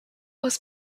was